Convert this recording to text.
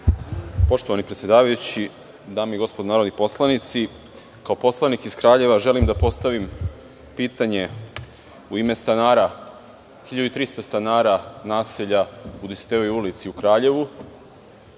Poštovani predsedavajući, dame i gospodo narodni poslanici, kao poslanik iz Kraljeva želim da postavim pitanje u ime 1300 stanara naselja u Dositejevoj ulici u Kraljevu.